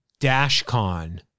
DashCon